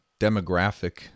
demographic